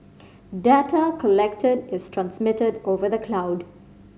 data collected is transmitted over the cloud